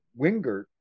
Wingert